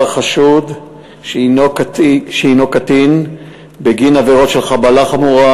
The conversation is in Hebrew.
חשוד שהנו קטין בגין עבירות של חבלה חמורה,